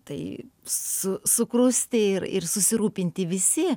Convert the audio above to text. tai su sukrusti ir ir susirūpinti visi